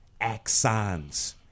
Axons